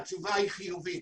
התשובה היא חיובית.